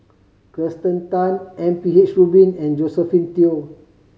Kirsten Tan M P H Rubin and Josephine Teo